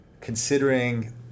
considering